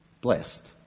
blessed